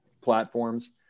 platforms